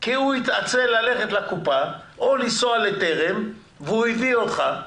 כי הוא התעצל ללכת לקופה או לנסוע ל"טרם" והוא הביא אותך,